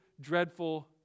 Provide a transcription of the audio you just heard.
dreadful